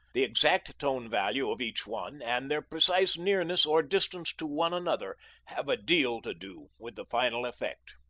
the exact tone value of each one and their precise nearness or distance to one another have a deal to do with the final effect.